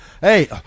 Hey